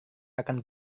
akan